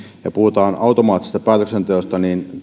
kun puhutaan automaattisesta päätöksenteosta niin